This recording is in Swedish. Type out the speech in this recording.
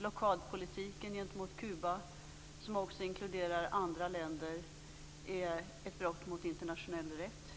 Blockadpolitiken gentemot Kuba, som också inkluderar andra länder, är ett brott mot internationell rätt.